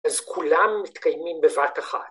‫אז כולם מתקיימים בבת אחת.